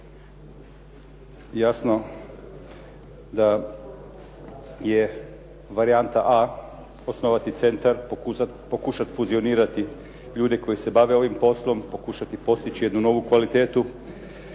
jasno da je varijanta A osnovati centar, pokušati fuzionirati ljude koji se bave ovim poslom, pokušati postići jednu novu kvalitetu